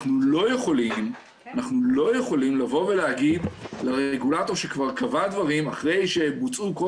אנחנו לא יכולים לבוא ולהגיד לרגולטור שכבר קבע דברים אחרי שבוצעו כל